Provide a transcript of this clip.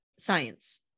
Science